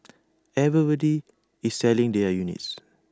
everybody is selling their units